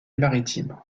maritimes